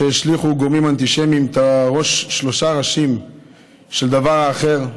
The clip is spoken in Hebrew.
כשהשליכו גורמים אנטישמיים שלושה ראשים של דבר אחר,